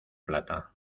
plata